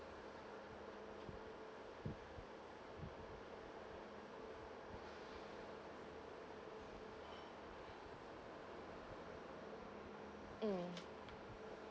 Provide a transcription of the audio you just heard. mm